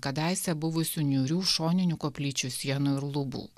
kadaise buvusių niūrių šoninių koplyčių sienų ir lubų